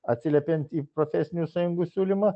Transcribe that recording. atsiliepiant į profesinių sąjungų siūlymą